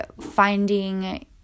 finding